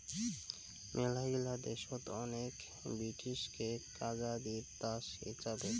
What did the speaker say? মেলাগিলা দেশত আগেক ব্রিটিশকে কাজা দিত দাস হিচাবে